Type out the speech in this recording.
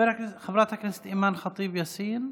חברת הכנסת אימאן ח'טיב יאסין,